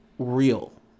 real